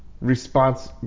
Response